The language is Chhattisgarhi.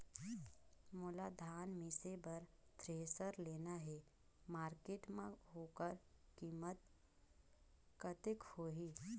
मोला धान मिसे बर थ्रेसर लेना हे मार्केट मां होकर कीमत कतेक होही?